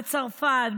בצרפת,